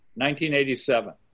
1987